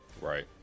right